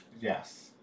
Yes